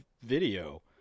video